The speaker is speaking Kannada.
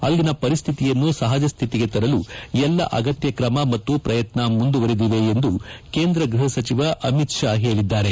ಅಲ್ಲಿನ ಪರಿಶ್ಠಿತಿಯನ್ನು ಸಪಜ ಶ್ಠಿತಿಗೆ ತರಲು ಎಲ್ಲಾ ಅಗತ್ತ ತಮ ಮತ್ತು ಪ್ರಯತ್ನ ಮುಂದುವರಿದಿವೆ ಎಂದು ಕೇಂದ್ರ ಗೃಪ ಸಚಿವ ಅಮಿತ್ ತಾ ಹೇಳಿದ್ದಾರೆ